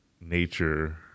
nature